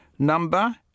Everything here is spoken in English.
number